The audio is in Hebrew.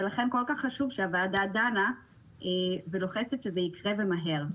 ולכן כל כך חשוב שהוועדה דנה ולוחצת שזה יקרה ומהר.